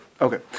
Okay